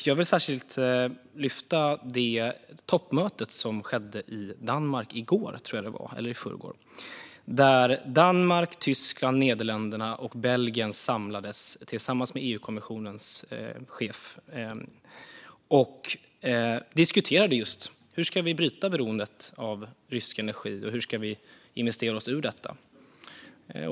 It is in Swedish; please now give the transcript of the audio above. Jag vill särskilt lyfta fram det toppmöte som hålls i Danmark i dagarna. Danmark, Tyskland, Nederländerna och Belgien har tillsammans med EU-kommissionens chef samlats för att diskutera hur vi ska bryta beroendet av rysk energi och investera oss ur detta.